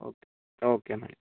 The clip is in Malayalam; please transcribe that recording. ഓക്കെ ഓക്കെ എന്നാല്